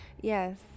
Yes